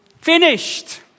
finished